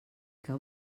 que